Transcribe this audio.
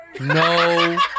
No